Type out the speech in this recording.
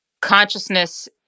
consciousness